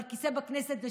אבל כיסא בכנסת זה